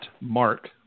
Mark